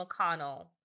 McConnell